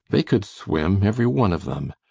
they could swim every one of them.